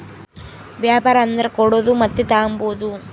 ವ್ಯಾಪಾರ ಅಂದರ ಕೊಡೋದು ಮತ್ತೆ ತಾಂಬದು